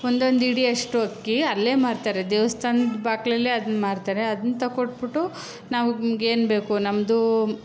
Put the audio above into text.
ಒಂದೊಂದು ಹಿಡಿಯಷ್ಟು ಅಕ್ಕಿ ಅಲ್ಲೇ ಮಾರುತ್ತಾರೆ ದೇವಸ್ಥಾನದ ಬಾಗಿಲಲ್ಲೆ ಅದ್ನ ಮಾರ್ತಾರೆ ಅದ್ನ ತಕ್ಕೊಟ್ಬಿಟ್ಟು ನಮ್ಗೇನು ಬೇಕು ನಮ್ಮದು